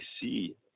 see